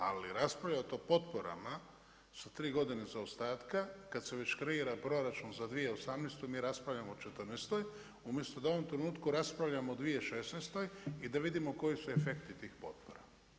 Ali raspravljat o potporama sa tri godine zaostatka kad se već kreira proračun za 2018. mi raspravljamo o četrnaestoj umjesto da u ovom trenutku raspravljamo o 2016. i da vidimo koji su efekti tih potpora.